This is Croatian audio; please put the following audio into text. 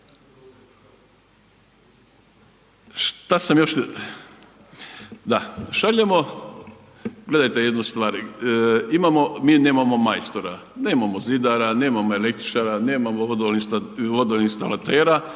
u obrtništvo. Da, šaljemo gledajte jednu stvar, mi nemamo majstora, nemamo zidara, nemamo električara, nemamo vodoinstalatera.